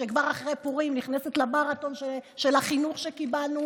שכבר אחרי פורים נכנסת למרתון של החינוך שקיבלנו,